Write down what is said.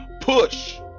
Push